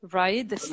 right